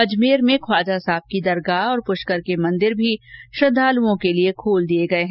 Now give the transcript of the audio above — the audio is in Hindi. अजमेर में ख्वाजा साहब की दरगाह और पुष्कर के मंदिर भी श्रद्धालुओं के लिए खोल ँदिए गए है